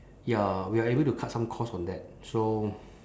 ya we are able to cut some cost on that so